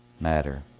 matter